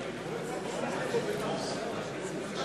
אם אפשר.